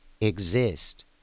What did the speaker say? exist